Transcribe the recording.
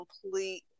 complete